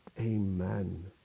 amen